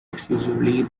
exclusively